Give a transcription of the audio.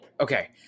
Okay